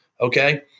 Okay